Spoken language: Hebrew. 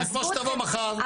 עזבו אותכם,